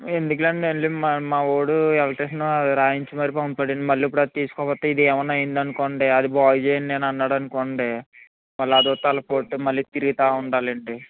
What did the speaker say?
ఎందుకులెండి మా మావోడు ఎలెక్ట్రోషను రాయించి మరీ పంపాడండి మళ్ళీ ఇప్పుడు అది తీసుకోకపోతే ఇది ఏమి అయినా అయ్యింది అనుకోండి అది బాగుచేయాను నేను అన్నాడు అనుకోండి మళ్ళి అది ఒక తలపోటు మళ్ళీ తిరుగుతూ ఉండాలి అండి